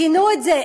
גינו את זה.